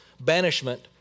banishment